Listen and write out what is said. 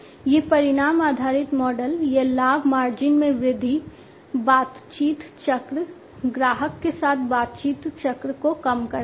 ये परिणाम आधारित मॉडल यह लाभ मार्जिन में वृद्धि बातचीत चक्र ग्राहक के साथ बातचीत चक्र को कम करता है